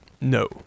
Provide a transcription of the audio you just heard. No